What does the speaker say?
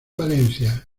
valencia